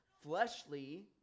fleshly